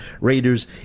Raiders